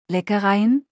Leckereien